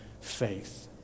faith